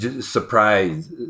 surprise